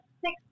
six